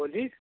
भोलि